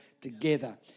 together